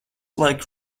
like